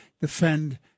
defend